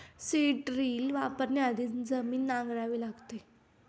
seed drill वापरण्याआधी जमीन नांगरावी लागते